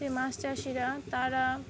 সেই মাছ চাষিরা তারা